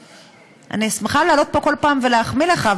אני שמחה לעלות לפה כל פעם ולהחמיא לך,